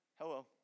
Hello